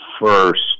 first